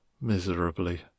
miserably